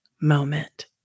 moment